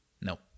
No